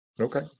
Okay